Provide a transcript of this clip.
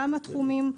כמה תחומים.